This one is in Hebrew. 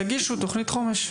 תגישו תכנית חומש.